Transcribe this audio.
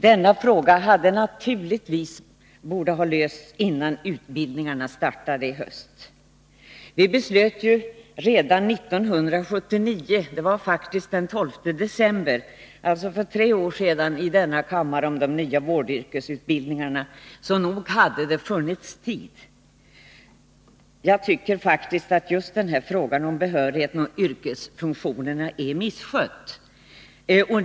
Denna fråga borde naturligtvis ha lösts, innan utbildningarna startade i höst. Vi beslöt ju redan 1979 — det var faktiskt den 12 december, alltså för tre år sedan —-i denna kammare om de nya vårdyrkesutbildningarna, så nog hade det funnits tid. Jag tycker faktiskt att just denna fråga om behörigheten och yrkesfunktionerna är misskött.